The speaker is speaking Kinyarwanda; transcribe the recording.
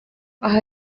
aho